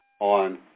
on